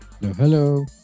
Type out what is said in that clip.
Hello